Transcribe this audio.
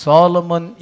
Solomon